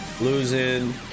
losing